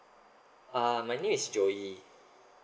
uh my name is joey